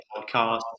Podcast